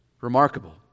Remarkable